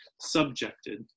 subjected